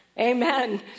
Amen